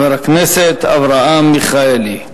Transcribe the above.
חבר הכנסת אברהם מיכאלי.